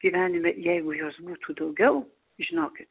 gyvenime jeigu jos būtų daugiau žinokit